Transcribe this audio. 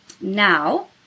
now